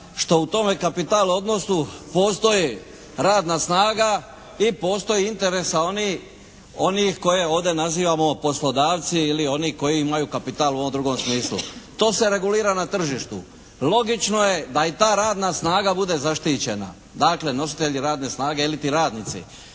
što u tome kapital odnosu postoji radna snaga i postoji interes onih koje ovdje nazivamo poslodavci ili onih koji imaju kapital u ovom drugom smislu. To se regulira na tržištu. Logično je da i ta radna snaga bude zaštićena. Dakle nositelji radne snage iliti radnici.